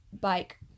bike